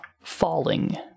falling